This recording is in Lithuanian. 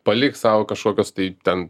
palik sau kažkokias tai ten